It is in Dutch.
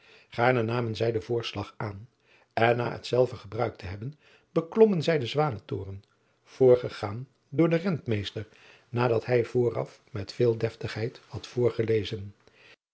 aarne namen zij den voorslag aan en na hetzelve gebruikt te hebben beklommen zij den wanentoren voorgegaan door den entmeester nadat hij vooraf met veel deftigheid had voorgelezen